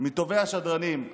מטובי השדרנים.